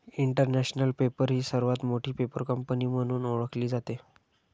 international paper ही सर्वात मोठी पेपर कंपनी म्हणून ओळखली जाते